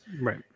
Right